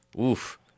Oof